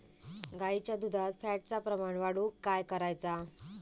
गाईच्या दुधात फॅटचा प्रमाण वाढवुक काय करायचा?